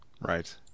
Right